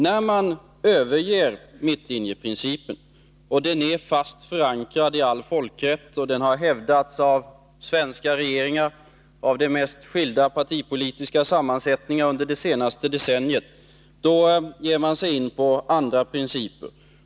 När man överger mittlinjeprincipen — den är fast förankrad i all folkrätt, och den har hävdats av svenska regeringar av de mest skilda partipolitiska sammansättningar under det senaste decenniet — ger man sig in på andra principer.